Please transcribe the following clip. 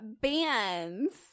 bands